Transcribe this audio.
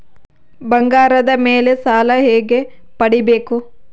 ಬಂಗಾರದ ಮೇಲೆ ಸಾಲ ಹೆಂಗ ಪಡಿಬೇಕು?